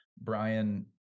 Brian